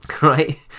right